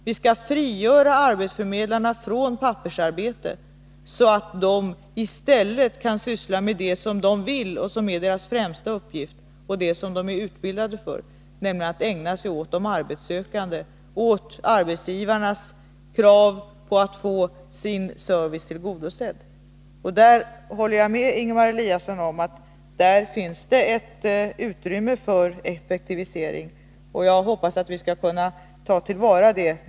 Vi skall frigöra arbetsförmedlarna från pappersarbete, så att de i stället kan syssla med det som de vill och som är deras främsta uppgift och som de är utbildade för, nämligen att ägna sig åt de arbetssökande samt åt arbetsgivarnas krav på att få sin service tillgodosedd. Där håller jag med Ingemar Eliasson om att det finns utrymme för effektivisering. Och jag hoppas att vi skall kunna ta till vara det.